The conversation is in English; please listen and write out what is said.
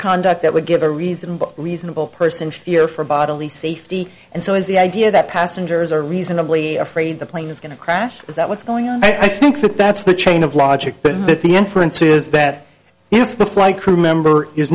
conduct that would give a reasonable reasonable person fear for bodily safety and so is the idea that passengers are reasonably afraid the plane is going to crash is that what's going on i think that's the chain of logic but the inference is that if the flight crew member